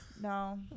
No